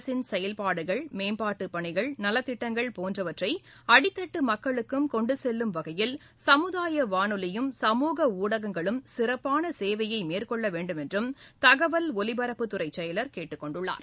அரசின் செயல்பாடுகள் மேம்பாட்டுப் பணிகள் நலத்திட்டங்கள் போன்றவற்றை அடித்தட்டு மக்களுக்கும் கொண்டு செல்லும் வகையில் சமுதாய வானொலியும் சமுக ஊடகங்களும் சிறப்பான சேவையை மேற்கொள்ள வேண்டும் என்றும் தகவல் ஒலிபரப்புத் துறை செயலர் கேட்டுக் கொண்டுள்ளார்